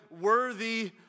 worthy